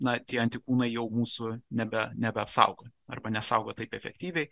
na tie antikūnai jau mūsų nebe nebeapsaugo arba nesaugo taip efektyviai